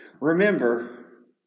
remember